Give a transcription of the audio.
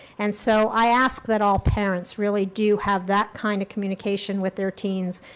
and so i ask that all parents really do have that kind of communication with their teens.